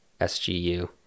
SGU